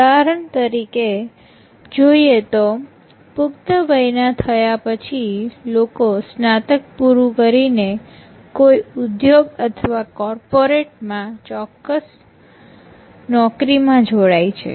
ઉદાહરણ તરીકે જોઈએ તો પુખ્ત વયના થયા પછી લોકો સ્નાતક પૂરું કરીને કોઈ ઉધોગ અથવા કોર્પોરેટ માં કોઈ ચોક્કસ નોકરીમાં જોડાય છે